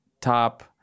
top